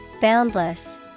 Boundless